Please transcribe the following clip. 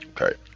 Okay